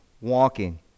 walking